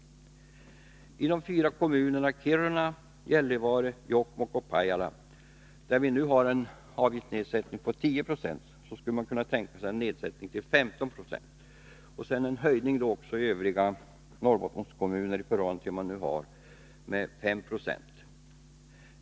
I de fyra kommunerna Kiruna, Gällivare, Jokkmokk och Pajala, där socialavgiftsnedsättningen nu är 10 96, skulle man kunna tänka sig en sådan nedsättning till 15 96. För kommunerna i Norrbotten i övrigt bör en höjning ske med 5 90 i förhållande till vad de nu har.